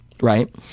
Right